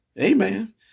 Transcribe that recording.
Amen